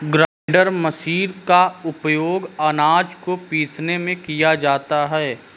grinder machine का उपयोग आनाज को पीसने में किया जाता है